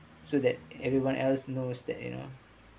so that everyone else knows that you know